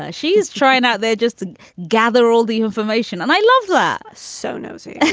ah she is trying out there just to gather all the information. and i love that. so nosy. yeah